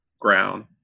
ground